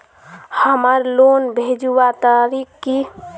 हमार लोन भेजुआ तारीख की?